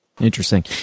Interesting